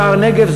שער-הנגב,